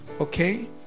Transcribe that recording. Okay